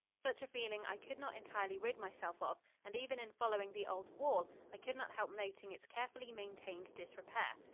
such a feeling i could not entirely rid myself of, and even in following the old wall, i could not help noting its carefully maintained disrepair.